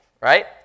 right